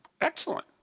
Excellent